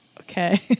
Okay